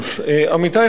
אדוני השר,